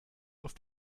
auf